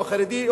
או החרדי,